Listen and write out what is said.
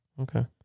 okay